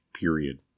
period